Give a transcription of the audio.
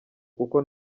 kuko